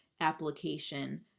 application